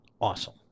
Awesome